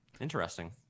Interesting